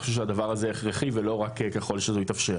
אני חושב שהדבר הזה הכרחי ולא רק ככל שיתאפשר.